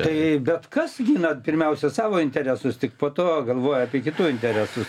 tai bet kas gina pirmiausia savo interesus tik po to galvoja apie kitų interesus